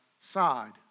side